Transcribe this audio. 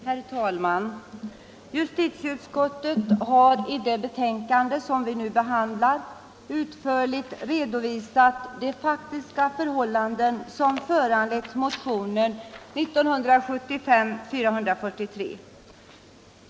Herr talman! Justitieutskottet har i det betänkande som vi nu behandlar utförligt redovisat de faktiska förhållanden som föranlett motionen 443.